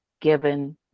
given